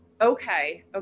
Okay